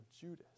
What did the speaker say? Judas